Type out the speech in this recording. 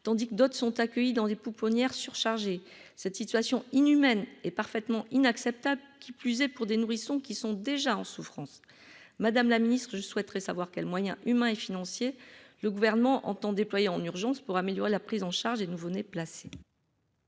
tandis que d'autres sont accueillis dans des pouponnières surchargés cette situation inhumaine est parfaitement inacceptable, qui plus est, pour des nourrissons qui sont déjà en souffrance Madame la Ministre, je souhaiterais savoir quels moyens humains et financiers, le gouvernement entend déployer en urgence pour améliorer la prise en charge et nouveau-nés placés.